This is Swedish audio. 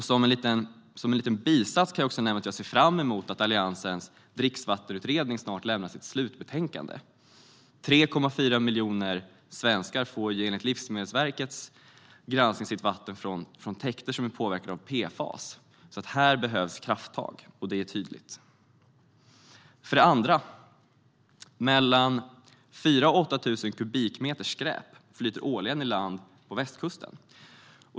Som en liten bisats kan jag också nämna att jag ser fram emot att Alliansens dricksvattenutredning snart lämnar sitt slutbetänkande. Enligt Livsmedelsverkets granskning får 3,4 miljoner svenskar sitt vatten från täkter som är påverkade av PFAS. Här behövs krafttag, och det är tydligt. För det andra: Mellan 4 000 och 8 000 kubikmeter skräp flyter årligen i land på västkusten.